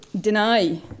deny